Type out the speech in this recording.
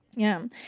yeah.